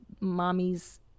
mommy's